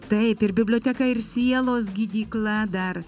taip ir biblioteka ir sielos gydykla dar